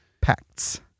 pacts